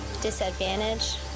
disadvantage